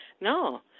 No